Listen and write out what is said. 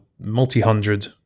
multi-hundred